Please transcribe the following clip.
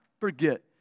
forget